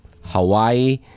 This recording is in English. Hawaii